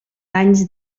anys